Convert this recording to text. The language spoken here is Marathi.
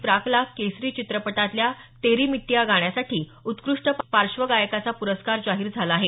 प्राकला केसरी चित्रपटातल्या तेरी मिट्टी या गाण्यासाठी उत्कृष्ट पार्श्वगायकाचा प्रस्कार जाहीर झाला आहे